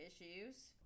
issues